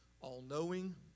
all-knowing